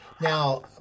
Now